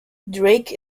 drake